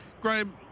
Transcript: graham